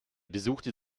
besuchte